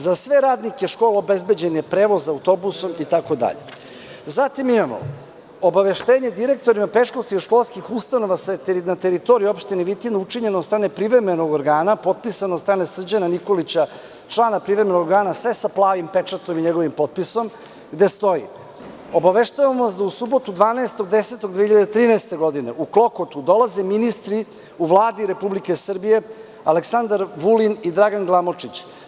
Za sve radnike škole, obezbeđen je prevoz autobusom.“ Dalje, zatim imamo obaveštenje direktorima predškolskih ustanova na teritoriji opštine Vitina, učinjeno od strane privremenog organa, a potpisan od strane Srđana Nikolića, člana privremenog organa, pa sve sa plavim pečatomi njegovim potpisom, gde stoji: „obaveštavamo vas da u subotu 12. oktobra 2013. godine, u Klokotu dolaze ministri Vlade Republike Srbije, Aleksandar Vulin i Dragan Glamočić.